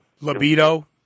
Libido